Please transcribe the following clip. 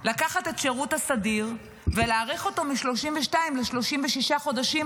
לקחת את השירות הסדיר ולהאריך אותו מ-32 ל-36 חודשים,